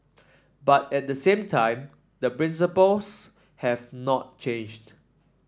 but at the same time the principles have not changed